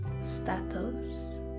status